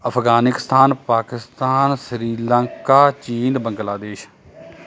ਅਫਗਾਨਿਸਤਾਨ ਪਾਕਿਸਤਾਨ ਸ਼੍ਰੀਲੰਕਾ ਚੀਨ ਬੰਗਲਾਦੇਸ਼